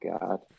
God